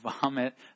vomit